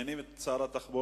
מזמינים את שר התחבורה.